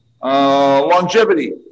longevity